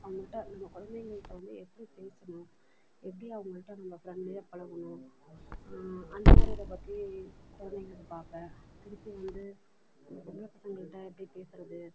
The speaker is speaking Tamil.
அவங்கள்ட்ட நம்ம கொழந்தைகள்ட்ட வந்து எப்படி பேசணும் எப்படி அவங்கள்கிட்ட நம்ம ஃப்ரெண்ட்லியாக பழகணும் அந்த மாதிரி இதை பற்றி கொழந்தைகளுக்கு பார்ப்பேன் திருப்பி வந்து பொம்பளை பசங்கள்கிட்ட எப்படி பேசுகிறது